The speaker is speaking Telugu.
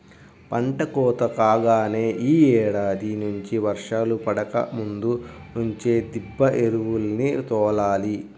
పంట కోత కాగానే యీ ఏడాది నుంచి వర్షాలు పడకముందు నుంచే దిబ్బ ఎరువుల్ని తోలాలి